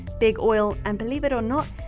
big oil, and, believe it or not,